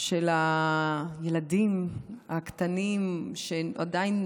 של הילדים הקטנים שעדיין